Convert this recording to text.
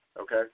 Okay